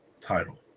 title